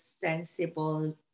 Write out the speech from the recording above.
sensible